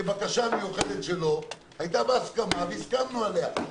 לפי בקשה מיוחדת שלו, הייתה הסכמה והסכמנו עליה.